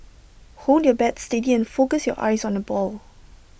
hold your bat steady and focus your eyes on the ball